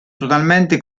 totalmente